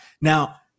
Now